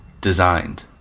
designed